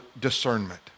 discernment